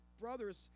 brothers